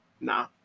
nah